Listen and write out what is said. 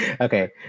Okay